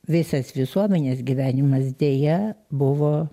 visas visuomenės gyvenimas deja buvo